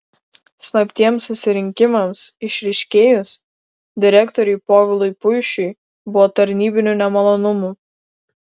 slaptiems susirinkimams išryškėjus direktoriui povilui puišiui buvo tarnybinių nemalonumų